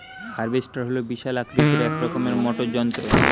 harvester হল বিশাল আকৃতির এক রকমের মোটর যন্ত্র